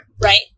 right